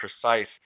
precise